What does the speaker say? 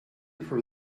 for